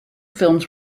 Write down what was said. films